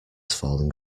falling